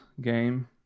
game